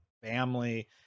family